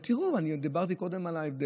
ותראו, אני דיברתי קודם על ההבדל.